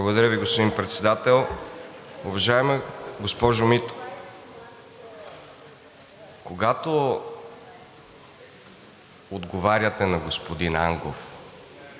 Благодаря Ви, господин Председател. Уважаема госпожо Митева, когато отговаряте на господин Ангов,